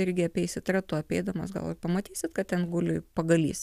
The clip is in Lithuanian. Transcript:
irgi apeisit ratu apeidamas gal ir pamatysit kad ten guli pagalys